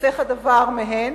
ייחסך הדבר מהן,